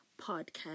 podcast